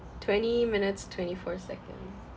twenty minutes twenty four second